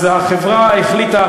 אז החברה החליטה,